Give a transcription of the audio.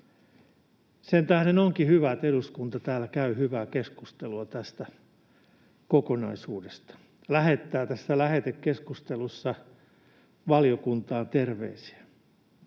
Sen tähden onkin hyvä, että eduskunta täällä käy hyvää keskustelua tästä kokonaisuudesta ja lähettää tässä lähetekeskustelussa valiokuntaan terveisiä.